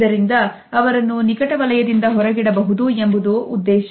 ಇದರಿಂದ ಅವರನ್ನು ನಿಕಟ ವಲಯದಿಂದ ಹೊರಗಿಡಬಹುದು ಎಂಬುದು ಉದ್ದೇಶ